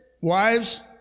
wives